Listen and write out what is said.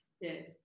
yes